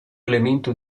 elemento